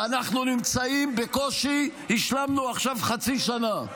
ואנחנו נמצאים, בקושי השלמנו עכשיו חצי שנה.